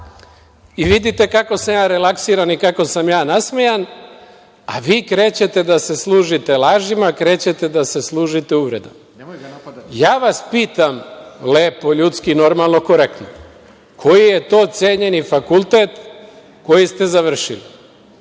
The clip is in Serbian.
i vidite kako sam ja relaksiran i kako sam ja nasmejan, a vi krećete da se služite lažima, krećete da se služite uvredama. Ja vas pitam lepo, ljudski, normalno, korektno, koji je to cenjeni fakultet koji ste završili?